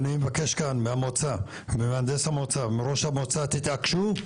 אני מבקש כאן ממהנדס המועצה ומראש המועצה, תתעקשו.